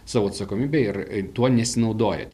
savo atsakomybę ir tuo nesinaudoja